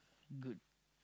good